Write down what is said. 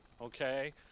Okay